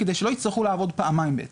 כדי שלא יצטרכו לעבוד פעמיים בעצם.